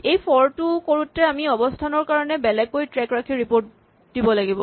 এই ফৰ টো কৰোতে আমি অৱস্হানৰ কাৰণে বেলেগকৈ ট্ৰেক ৰাখি ৰিপৰ্ট দিব লাগিব